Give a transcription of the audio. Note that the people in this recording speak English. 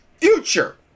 future